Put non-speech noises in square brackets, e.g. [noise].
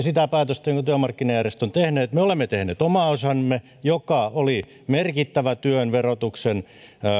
[unintelligible] sitä päätöstä jonka työmarkkinajärjestöt ovat tehneet me olemme tehneet oman osamme joka oli merkittävä työn verotuksen